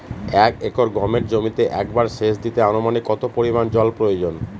এক একর গমের জমিতে একবার শেচ দিতে অনুমানিক কত পরিমান জল প্রয়োজন?